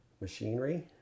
machinery